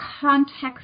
context